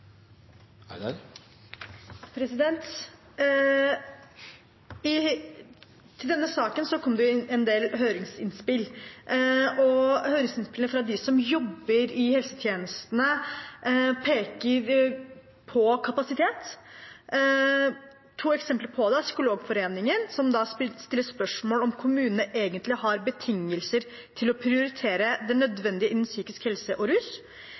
I denne saken kom det inn en del høringsinnspill, og høringsinnspillene fra dem som jobber i helsetjenestene, peker på kapasitet. To eksempler på det er Psykologforeningen, som stiller spørsmål ved om kommunene egentlig har betingelser til å prioritere det nødvendige innen psykisk helse og rus.